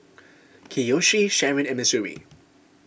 Kiyoshi Sharyn and Missouri